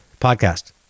podcast